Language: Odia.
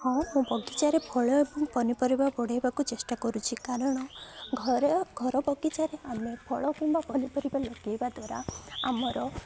ହଁ ମୁଁ ବଗିଚାରେ ଫଳ ଏବଂ ପନିପରିବା ବଢ଼େଇବାକୁ ଚେଷ୍ଟା କରୁଛି କାରଣ ଘରେ ଘର ବଗିଚାରେ ଆମେ ଫଳ କିମ୍ବା ପନିପରିବା ଲଗେଇବା ଦ୍ୱାରା ଆମର